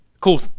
Cool